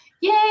Yay